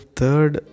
third